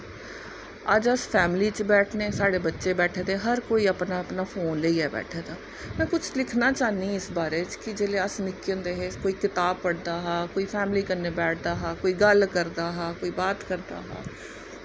अज्ज अस फैमली च बैठने साढ़े बच्चे बैठदे हर कोई अपना अपना फोन लेइयै बैठे दा में कुछ लिखना चाह्न्नी इस बारे च कि जिसलै अस निक्के होंदे हे कोई कताब पढ़दा हा कोई फैमली कन्नै बैठदा हा कोई गल्ल करदा हा कोई बात करदा हा